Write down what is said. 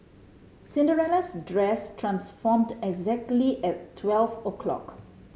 Cinderella's dress transformed exactly at twelve o'clock